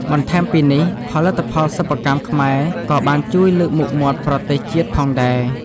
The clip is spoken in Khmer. បន្ថែមពីនេះ ផលិតផលសិប្បកម្មខ្មែរក៏បានជួយលើកមុខមាត់ប្រទេសជាតិផងដែរ។